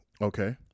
Okay